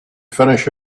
finish